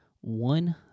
one